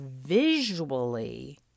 visually